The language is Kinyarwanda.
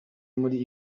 muri